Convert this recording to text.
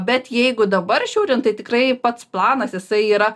bet jeigu dabar žiūrint tai tikrai pats planas jisai yra